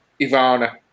Ivana